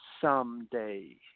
someday